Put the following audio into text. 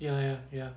ya ya ya